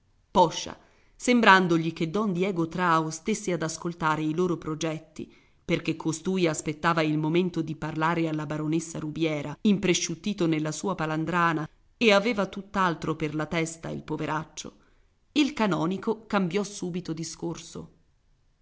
tre poscia sembrandogli che don diego trao stesse ad ascoltare i loro progetti perché costui aspettava il momento di parlare alla cugina rubiera impresciuttito nella sua palandrana e aveva tutt'altro per la testa il poveraccio il canonico cambiò subito discorso